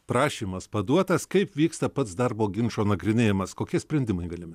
prašymas paduotas kaip vyksta pats darbo ginčo nagrinėjimas kokie sprendimai galimi